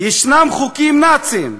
יש חוקים נאציים.